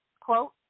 quote